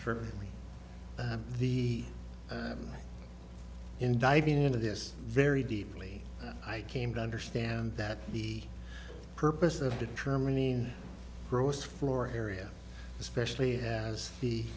for the in diving into this very deeply i came to understand that the purpose of determining gross floor area especially as the